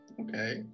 okay